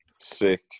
Sick